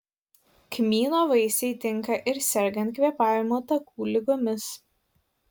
kmyno vaisiai tinka ir sergant kvėpavimo takų ligomis